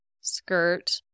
skirt